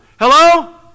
Hello